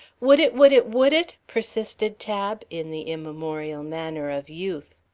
would it, would it, would it? persisted tab, in the immemorial manner of youth.